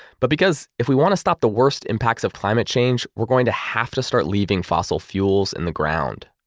but because if we want to stop the worst impacts of climate change, we're going to have to start leaving fossil fuels in the ground.